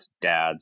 dads